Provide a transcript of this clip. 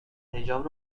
حجاب